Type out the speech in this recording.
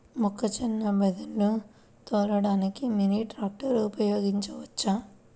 మొక్కజొన్న బోదెలు తోలడానికి మినీ ట్రాక్టర్ ఉపయోగించవచ్చా?